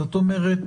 זאת אומרת,